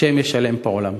השם ישלם פועלם.